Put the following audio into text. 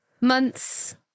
months